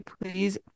Please